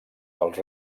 pels